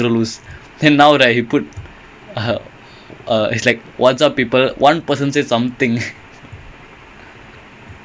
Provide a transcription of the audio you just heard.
he Manchester United fan ah